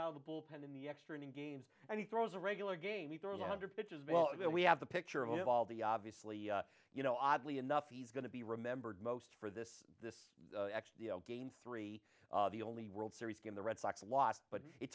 out of the bullpen in the extra inning games and he throws a regular game he throws a hundred pictures well we have the picture of all the obviously you know idly enough he's going to be remembered most for this this game three the only world series game the red sox lost but it